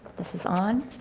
this is on?